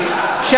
בשביל,